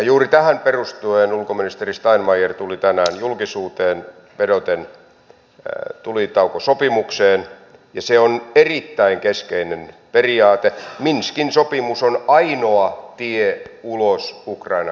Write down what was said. juuri tähän perustuen ulkoministeri steinmeier tuli tänään julkisuuteen vedoten tulitaukosopimukseen ja se on erittäin keskeinen periaate minskin sopimus on ainoa tie ulos ukrainan kriisistä